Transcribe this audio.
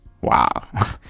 Wow